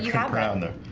got round there.